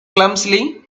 clumsily